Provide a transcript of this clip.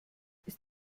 ist